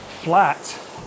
flat